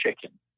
chicken